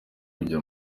kujya